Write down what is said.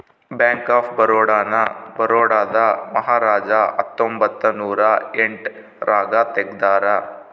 bank of Baroda ನ ಬರೋಡಾದ ಮಹಾರಾಜ ಹತ್ತೊಂಬತ್ತ ನೂರ ಎಂಟ್ ರಾಗ ತೆಗ್ದಾರ